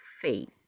faith